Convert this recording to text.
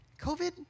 covid